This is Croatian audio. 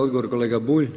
Odgovor, kolega Bulj.